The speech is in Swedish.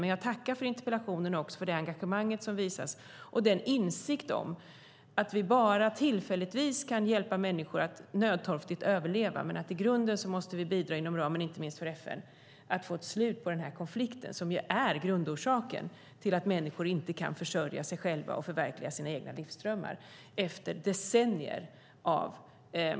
Men jag tackar för interpellationen, för det engagemang som visas och för den insikt om att vi bara tillfälligtvis kan hjälpa människor att nödtorftigt överleva men att vi i grunden måste bidra inom ramen för inte minst FN för att få ett slut på den här konflikten, som är grundorsaken till att människor inte kan försörja sig själva och förverkliga sina egna livsdrömmar, efter decennier av ockupation.